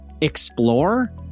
explore